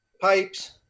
pipes